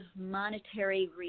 monetary